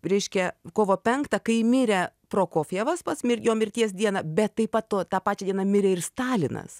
reiškia kovo penktą kai mirė prokofjevas pats jo mirties dieną bet taip pat tuo tą pačią dieną mirė ir stalinas